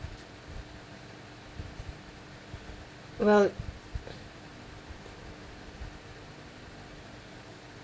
well